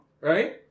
right